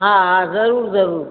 हा हा ज़रूरु ज़रूरु